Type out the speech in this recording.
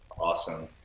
Awesome